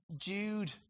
Jude